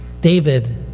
David